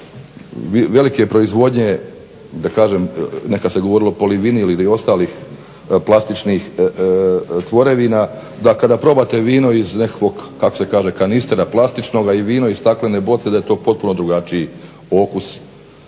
velike proizvodnje da kažem nekad se govorilo polivinil ili ostalih plastičnih tvorevina, da kada probate vino iz nekakvog kako se kaže kanistera plastičnog i vino iz staklene boce da je to potpuno drugačiji okus,